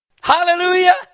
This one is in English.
Hallelujah